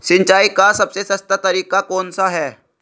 सिंचाई का सबसे सस्ता तरीका कौन सा है?